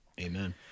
Amen